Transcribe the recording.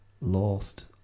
lost